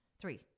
Three